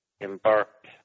embarked